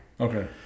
Okay